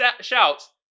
shouts